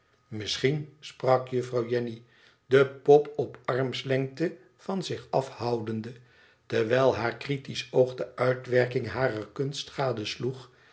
misschien sprak juffrouw jenny de pop op armslengte van zich afhoudende terwijl haar critisch oog de uitwerking harer